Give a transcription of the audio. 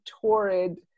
torrid